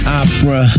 opera